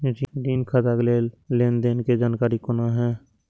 ऋण खाता के लेन देन के जानकारी कोना हैं?